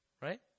right